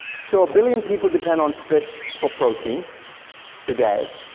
so a billion people depend on fish for protein today,